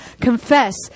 confess